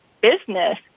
business